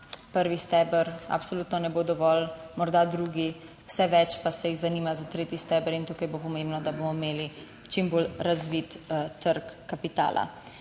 prvi steber absolutno ne bo dovolj, morda drugi, vse več pa se jih zanima za tretji steber in tukaj bo pomembno, da bomo imeli čim bolj razvit trg kapitala.